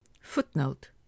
Footnote